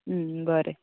बरें